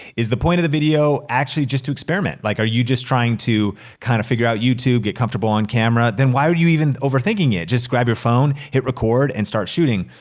is the point of the video actually just to experiment? like are you just trying to kind of figure out youtube, get comfortable on camera? then why are you even overthinking it? just grab your phone, hit record and start shooting.